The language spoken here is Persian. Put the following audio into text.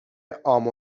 عام